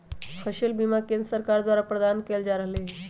फसल बीमा केंद्र सरकार द्वारा प्रदान कएल जा रहल हइ